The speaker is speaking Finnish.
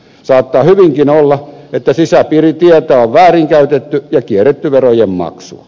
saattaa hyvinkin olla että sisä piiritietoa on väärinkäytetty ja kierretty verojen maksua